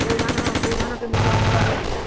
କୋଉ ଧାନ କୋଉ ଧାନ କେମିତି ଅମଳ ହେଉଛି